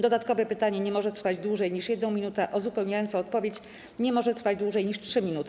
Dodatkowe pytanie nie może trwać dłużej niż 1 minutę, a uzupełniająca odpowiedź nie może trwać dłużej niż 3 minuty.